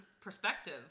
perspective